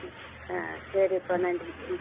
ம் ஆ சரிப்பா நன்றிங்க ம்